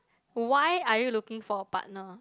why are you looking for a partner